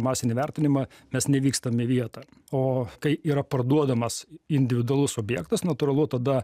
masinį vertinimą mes nevykstam į vietą o kai yra parduodamas individualus objektas natūralu tada